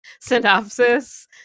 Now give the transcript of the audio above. Synopsis